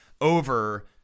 over